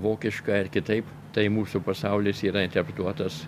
vokiškai ar kitaip tai mūsų pasaulis yra integruotas